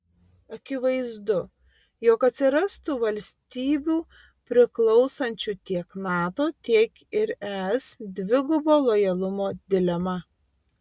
akivaizdu jog atsirastų valstybių priklausančių tiek nato tiek ir es dvigubo lojalumo dilema